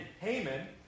Haman